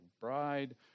bride